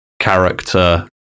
character